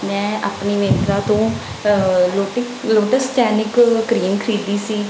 ਮੈਂ ਆਪਣੀ ਮਿੰਤਰਾਂ ਤੋਂ ਲੋਟਿਕ ਲੋਟਸ ਟੈਨਿਕ ਕ੍ਰੀਮ ਖਰੀਦੀ ਸੀ